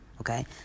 Okay